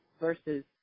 versus